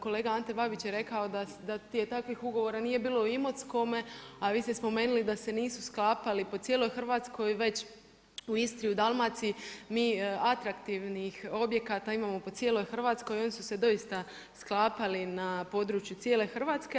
Kolega Ante Babić je rekao da takvih ugovora nije bilo u Imotskome, a vi ste spomenuli da se nisu sklapali po cijeloj Hrvatskoj, već u Istri i Dalmaciji, mi atraktivnih objekata imali po cijeloj Hrvatskoj i oni su se doista sklapali na području cijele Hrvatske.